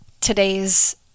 today's